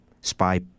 spy